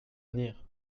venir